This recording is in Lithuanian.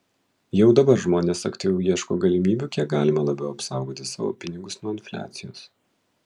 jau dabar žmonės aktyviau ieško galimybių kiek galima labiau apsaugoti savo pinigus nuo infliacijos